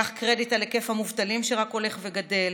קח קרדיט על היקף המובטלים שרק הולך וגדל,